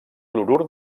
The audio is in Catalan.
clorur